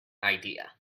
idea